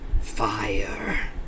fire